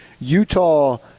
Utah